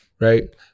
right